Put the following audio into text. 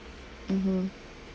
mmhmm